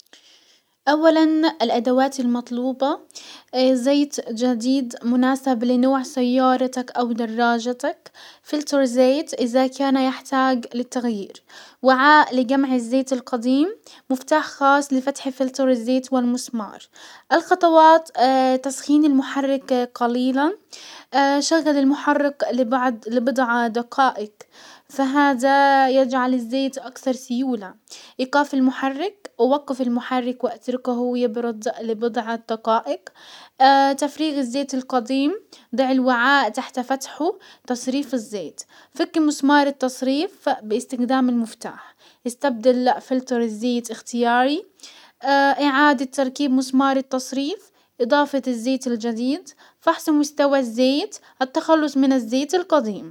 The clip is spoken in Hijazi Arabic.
اولا الادوات المطلوبة زيت جديد مناسب لنوع سيارتك او دراجتك، فلتر زيت ازا كان يحتاج للتغيير، وعاء لجمع الزيت القديم، مفتاح خاص لفتح فلتر الزيت والمسمار. الخطوات تسخين المحرك قليلا، شغل المحرك لبعد-لبضع دقائق، فهذا يجعل الزيت اكثر سيولة. ايقاف المحرك، وقف المحرك واتركه يبرد لبضعة دقائق. تفريغ الزيت القديم ضع الوعاء تحت فتحه تصريف الزيت، فك مسمار التصريف باستخدام المفتاح، استبدل فلتر الزيت اختياري، اعادة تركيب مسمار التصريف. اضافة الزيت الجديد، فحص مستوى الزيت، التخلص من الزيت القديم.